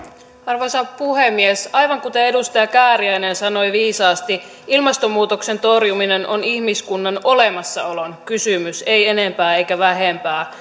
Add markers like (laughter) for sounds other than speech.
arvoisa puhemies aivan kuten edustaja kääriäinen sanoi viisaasti ilmastonmuutoksen torjuminen on ihmiskunnan olemassaolon kysymys ei enempää eikä vähempää (unintelligible)